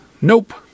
Nope